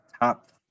top